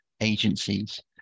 agencies